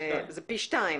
זה פי שניים.